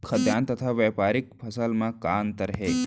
खाद्यान्न तथा व्यापारिक फसल मा का अंतर हे?